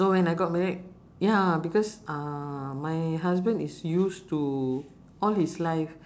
so when I got married ya because uh my husband is used to all his life